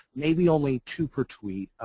maybe only two per tweet.